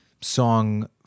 song